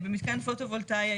במתקן פוטו וולטאי,